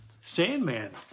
Sandman